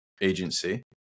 agency